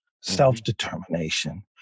self-determination